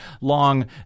long